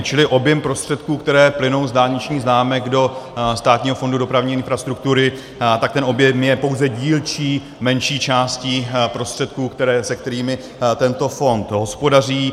Čili objem prostředků, které plynou z dálničních známek do Státního fondu dopravní infrastruktury, je pouze dílčí, menší částí prostředků, se kterými tento fond hospodaří.